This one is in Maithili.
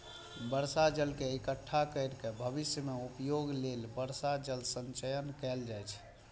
बर्षा जल के इकट्ठा कैर के भविष्य मे उपयोग लेल वर्षा जल संचयन कैल जाइ छै